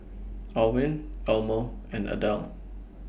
Alwin Elmo and Adele